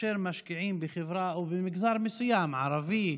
כאשר משקיעים בחברה או במגזר מסוים, ערבי,